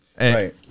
Right